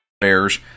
Bears